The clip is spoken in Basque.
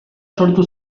sortu